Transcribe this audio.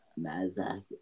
Mazak